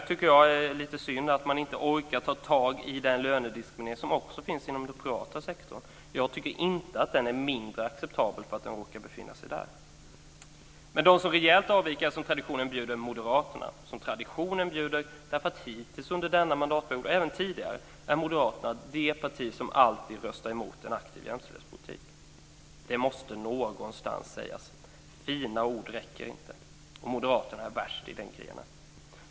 Jag tycker att det är lite synd att man inte orkar ta tag i den lönediskriminering som också finns i den privata sektorn. Jag tycker inte att den är mer acceptabel för att den råkar befinna sig där. Men de som avviker rejält är, som traditionen bjuder, Moderaterna. Det är som traditionen bjuder eftersom det hittills under denna mandatperiod, och även tidigare, är Moderaterna som är det parti som alltid röstar emot en aktiv jämställdhetspolitik. Det måste någonstans sägas. Fina ord räcker inte, och Moderaterna är värst i den grenen.